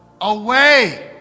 away